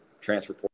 transfer